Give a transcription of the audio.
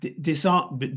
disarm